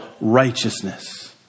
righteousness